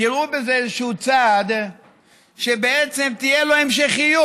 תראו בזה איזשהו צעד שתהיה לו המשכיות.